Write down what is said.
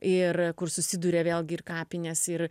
ir kur susiduria vėlgi ir kapinės ir